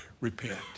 repent